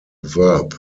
verb